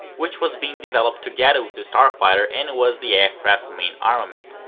which was being developed together with the starfighter and it was the aircraft's main armament.